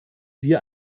wir